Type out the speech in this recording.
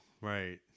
right